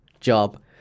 job